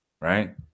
Right